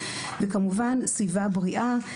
וכמובן סביבה בריאה,